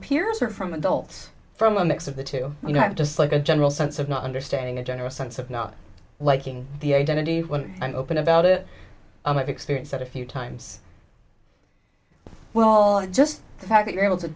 peers or from adults from a mix of the two you know i'm just like a general sense of not understanding a general sense of not liking the identity when i'm open about it and i've experienced it a few times well i just the fact that you're able to